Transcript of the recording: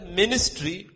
ministry